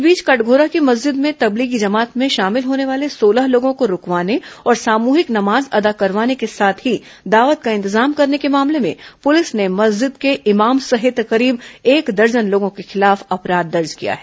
इस बीच कटघोरा की मस्जिद में तबलीगी जमात में शामिल होने वाले सोलह लोगों को रूकवाने और सामूहिक नमाज अदा करवाने के साथ ही दावत का इंतजाम करने के मामले में पुलिस ने मस्जिद के इमाम सहित करीब एक दर्जन लोगों के खिलाफ अपराध दर्ज किया है